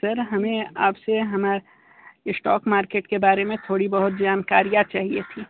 sir हमें आपसे हमारे स्टॉक मार्केट के बारे में थोड़ी बहुत जानकारियाँ चाहिए थीं